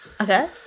Okay